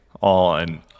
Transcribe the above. on